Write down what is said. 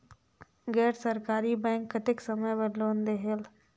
गैर सरकारी बैंक कतेक समय बर लोन देहेल?